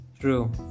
True